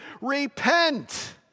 Repent